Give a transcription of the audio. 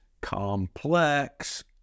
complex